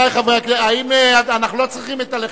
אנחנו לא צריכים את הלחלופין.